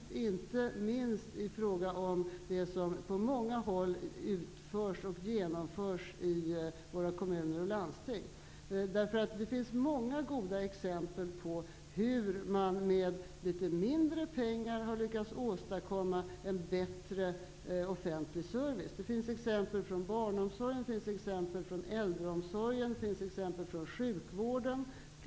Det gäller inte minst i fråga om det som på många håll har utförts, och genomförs, i våra kommuner och landsting. Det finns många goda exempel på hur man med litet mindre pengar har lyckats åstadkomma en bättre offentlig service. Det finns exempel från barnomsorgen, äldreomsorgen och sjukvården.